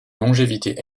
longévité